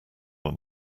were